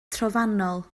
trofannol